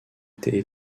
étaient